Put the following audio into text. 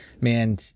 man